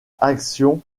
action